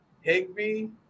Higby